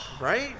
Right